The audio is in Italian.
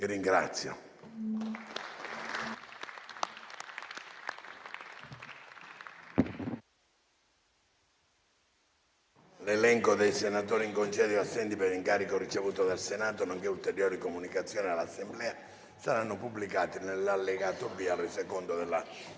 finestra"). L'elenco dei senatori in congedo e assenti per incarico ricevuto dal Senato, nonché ulteriori comunicazioni all'Assemblea saranno pubblicati nell'allegato B al Resoconto